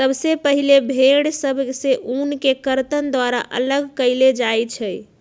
सबसे पहिले भेड़ सभ से ऊन के कर्तन द्वारा अल्लग कएल जाइ छइ